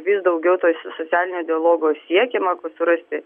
vis daugiau to socialinio dialogo siekiama surasti